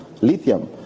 lithium